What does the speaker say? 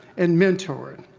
and mentored,